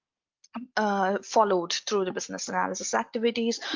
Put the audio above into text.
um ah followed through the business analysis activities.